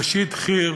רשיד ח'יר,